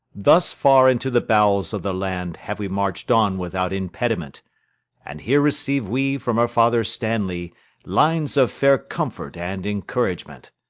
thus far into the bowels of the land have we march'd on without impediment and here receive we from our father stanley lines of fair comfort and encouragement.